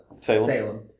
Salem